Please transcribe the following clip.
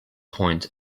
point